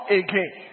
again